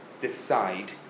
decide